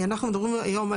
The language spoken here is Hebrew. אנחנו מדברים היום,